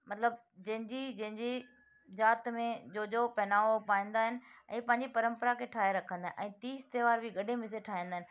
मतिलबु जंहिंजी जंहिंजी ज़ाति में जो जो पहनावो पाईंदा आहिनि ऐं पंहिंजी परंपरा खे ठाहे रखंदा आहिनि तीज त्योहार बि गॾे मिसे ठाहींदा आहिनि